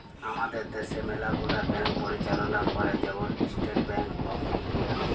আমাদের দ্যাশে ম্যালা গুলা ব্যাংক পরিচাললা ক্যরে, যেমল ইস্টেট ব্যাংক অফ ইলডিয়া